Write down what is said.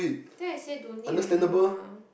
then I say don't need already mah